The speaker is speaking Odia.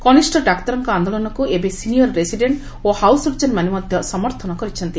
କନିଷ ଡାକ୍ତରଙ୍କ ଆନ୍ଦୋଳନକ୍ ଏବେ ସିନିୟର୍ ରେସିଡେଣ୍କ୍ ଓ ହାଉସ୍ ସର୍ଜନମାନେ ମଧ୍ଧ ସମର୍ଥନ କରିଛନ୍ତି